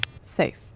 Safe